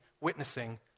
witnessing